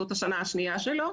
זאת השנה השנייה שלו,